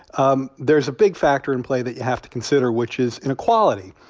um there's a big factor in play that you have to consider, which is inequality.